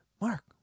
Mark